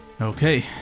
Okay